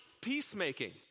peacemaking